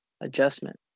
adjustment